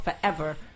forever